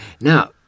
Now